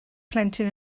plentyn